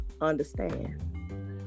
understand